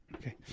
Okay